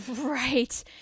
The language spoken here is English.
right